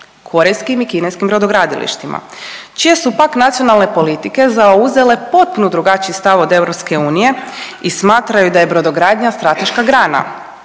korejskim i kineskim brodogradilištima čije su pak nacionalne politike zauzele potpuno drugačiji stav od EU i smatraju da je brodogradnja strateška grana,